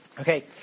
Okay